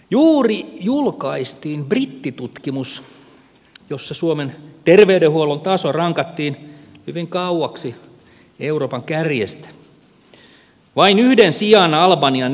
juuri julkaistiin brittitutkimus jossa suomen terveydenhuollon taso rankattiin hyvin kauaksi euroopan kärjestä vain yhden sijan albanian yläpuolelle